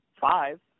five